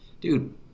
dude